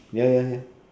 ya ya ya